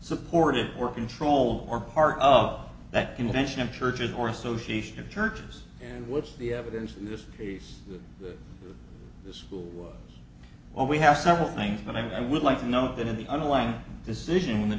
supportive or controlled or part of that convention of churches or association of churches what's the evidence in this case the school well we have several things that i would like to note that in the underlying decision